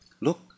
Look